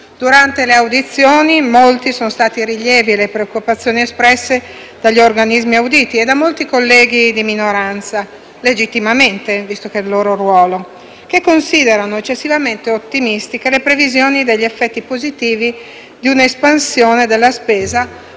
Durante le audizioni molti sono stati i rilievi e le preoccupazioni espresse dagli organismi auditi e da molti colleghi di minoranza (legittimamente, visto che è il loro ruolo), che considerano eccessivamente ottimistiche le previsioni degli effetti positivi di un'espansione della spesa